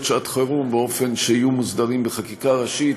שעת חירום כך שיהיו מוסדרים בחקיקה ראשית,